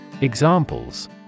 Examples